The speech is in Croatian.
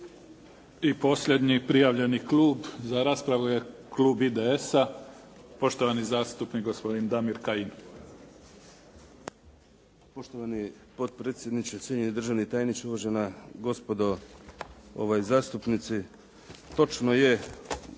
I posljednji prijavljeni klub za raspravu je klub IDS-a, poštovani zastupnik gospodin Damir Kajin. **Kajin, Damir (IDS)** Poštovani potpredsjedniče, cijenjeni državni tajniče, uvažena gospodo zastupnici. Točno je